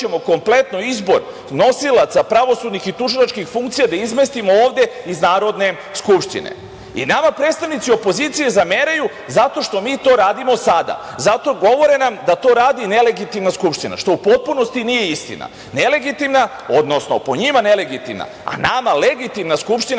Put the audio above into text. kompletno izbor nosilaca pravosudnih i tužilačkih funkcija da izmestimo ovde iz Narodne skupštine. Nama predstavnici opozicije zameraju zato što mi to radimo sada, govore nam da to radi nelegitimna Skupština, što u potpunosti nije istina. Nelegitimna, odnosno po njima nelegitimna, a nama legitimna Skupština